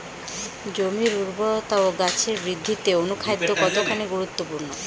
জমির উর্বরতা ও গাছের বৃদ্ধিতে অনুখাদ্য কতখানি গুরুত্বপূর্ণ?